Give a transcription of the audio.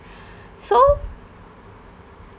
so